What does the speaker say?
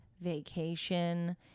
vacation